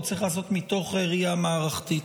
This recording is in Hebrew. והוא צריך להיעשות מתוך ראייה מערכתית,